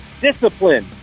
discipline